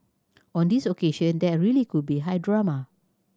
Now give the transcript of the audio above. on this occasion there really could be high drama